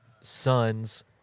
son's